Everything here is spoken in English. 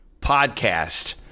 Podcast